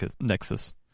Nexus